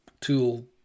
tool